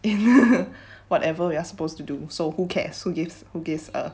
if you whatever you are supposed to do so who cares who gives gives a